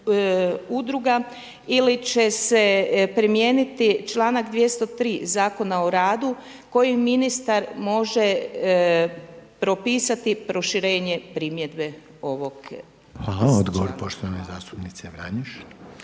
ili će se primijeniti čl. 203. Zakona o radu kojim ministar može propisati proširenje primjedbe ovog Zakona.